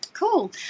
cool